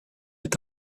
est